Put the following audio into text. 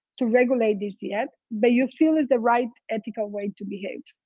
to regulate this yet, but you feel it's the right ethical way to behave.